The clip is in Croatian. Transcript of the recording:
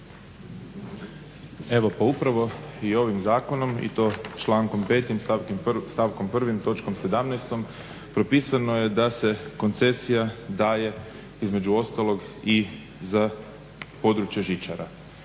Evo pa upravo i ovim zakonom i to člankom 5. stavkom 1. točkom 17. propisano je da se koncesija daje između ostalog i za područje žičara.